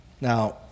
Now